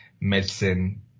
medicine